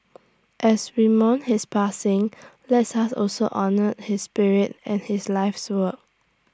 as we mourn his passing lets us also honour his spirit and his life's work